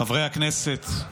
חברי הכנסת,